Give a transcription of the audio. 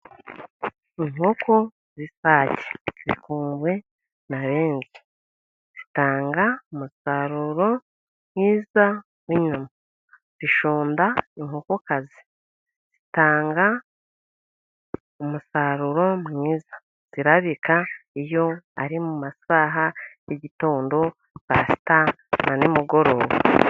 Inkoko zisake zikunzwe na benshi, zitanga umusaruro mwiza n'inyuma zishonda inkokokazi, zitanga umusaruro mwiza zirabika iyo ari mu masaha y'igitondo, sa sita na nimugoroba.